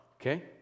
okay